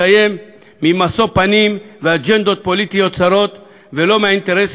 ממשוא פנים ואג'נדות פוליטיות צרות ולא מהאינטרסים הגלובליים,